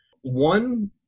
One